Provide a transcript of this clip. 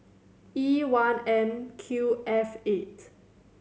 E one M Q F eight